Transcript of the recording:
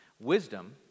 Wisdom